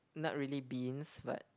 not really beans but